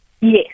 Yes